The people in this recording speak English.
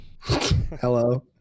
hello